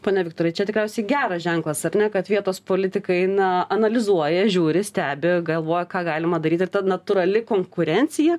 pone viktorai čia tikriausiai geras ženklas ar ne kad vietos politikai na analizuoja žiūri stebi galvoja ką galima daryti ir ta natūrali konkurencija